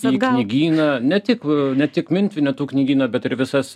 į knygyną ne tik ne tik mint vinetu knygyną bet ir visas